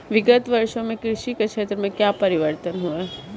विगत वर्षों में कृषि के क्षेत्र में क्या परिवर्तन हुए हैं?